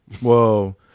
whoa